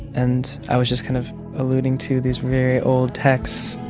and i was just kind of alluding to these very old texts,